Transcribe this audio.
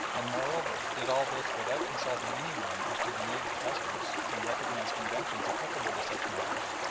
and, moreover, did all this without consulting anyone as to the native customs and recognised conventions applicable to such matters,